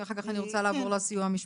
אחר כך אני רוצה לעבור לסיוע המשפטי.